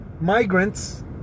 migrants